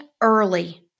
early